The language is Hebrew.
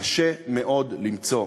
קשה מאוד למצוא.